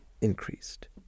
increased